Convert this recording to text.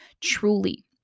truly